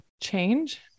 change